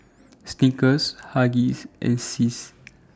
Snickers Huggies and Sis